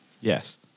Yes